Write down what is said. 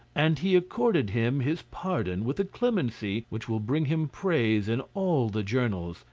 and he accorded him his pardon with a clemency which will bring him praise in all the journals,